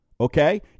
Okay